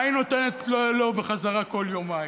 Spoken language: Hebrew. ומה היא נותנת לו בחזרה כל יומיים,